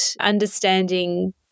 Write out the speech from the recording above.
understanding